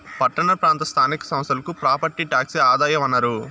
పట్టణ ప్రాంత స్థానిక సంస్థలకి ప్రాపర్టీ టాక్సే ఆదాయ వనరు